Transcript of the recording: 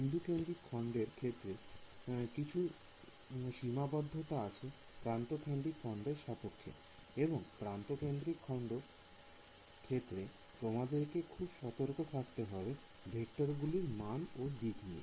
বিন্দু কেন্দ্রিক খন্ডের ক্ষেত্রে কিছু সীমাবদ্ধতা আছে প্রান্ত কেন্দ্রিক খন্ডের সাপেক্ষে এবং প্রান্ত কেন্দ্রিক খন্ডের ক্ষেত্রে তোমাদেরকে খুব সতর্ক থাকতে হবে ভেক্টর গুলির মান ও দিক নিয়ে